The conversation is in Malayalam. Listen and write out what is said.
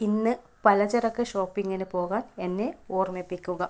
ഇന്ന് പലചരക്ക് ഷോപ്പിംഗിന് പോകാൻ എന്നെ ഓർമ്മിപ്പിക്കുക